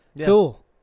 Cool